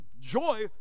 joy